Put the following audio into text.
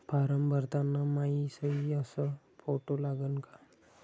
Form भरताना मायी सयी अस फोटो लागन का?